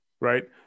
right